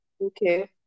Okay